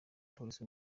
polisi